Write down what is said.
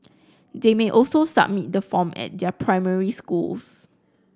they may also submit the form at their primary schools